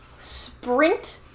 sprint